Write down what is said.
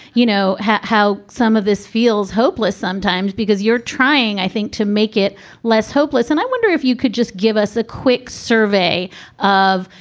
you know, how how some of this feels hopeless sometimes because you're trying, i think, to make it less hopeless. and i wonder if you could just give us a quick survey of,